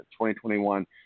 2021